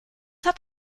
hat